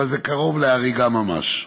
אבל זה קרוב להריגה ממש.